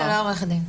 עורך דין.